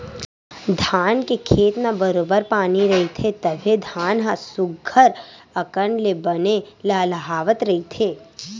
धान के खेत म बरोबर पानी रहिथे तभे धान ह सुग्घर अकन ले बने लहलाहवत रहिथे